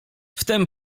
wtem